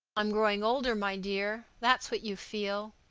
i'm growing older, my dear that's what you feel.